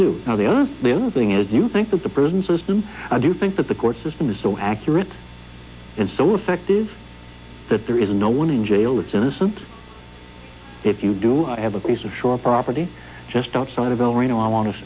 do now the other the other thing is you think that the prison system i do think that the court system is so accurate and so effective that there is no one in jail that's innocent if you do have a piece of shore property just outside of el reno